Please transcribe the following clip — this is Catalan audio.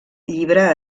llibre